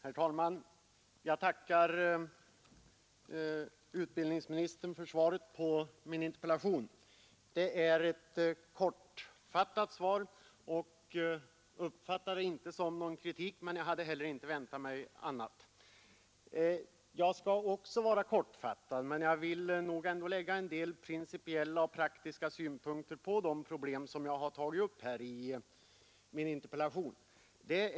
Herr talman! Jag tackar utbildningsministern för det kortfattade svaret på min interpellation. Uppfatta det inte som någon kritik, men jag hade heller inte väntat mig något annat. Jag skall också vara kortfattad, men vill ändå lägga en del principiella och praktiska synpunkter på de problem som jag har tagit upp i min interpellation.